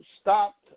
stopped